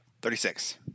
Thirty-six